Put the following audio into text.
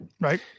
Right